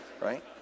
right